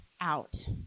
out